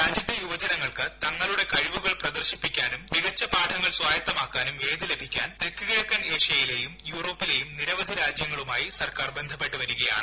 രാജ്യത്തെ യുവജനങ്ങൾക്ക് തങ്ങളൂട്ട്ട് കഴിവുകൾ പ്രദർശിപ്പിക്കാനും മികച്ച പാഠങ്ങൾ സ്വായത്തമാക്ക്ാകും വേദി വടിക്കാൻ തെക്ക് കിഴക്കൻ ഏഷ്യയിലെയും യൂറോപ്പിള്ലയും നിരവധി രാജ്യങ്ങളുമായി സർക്കാർ ബന്ധപ്പെട്ട് വരികയാണ്